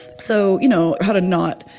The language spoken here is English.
so, you know, how to not